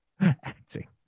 acting